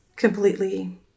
completely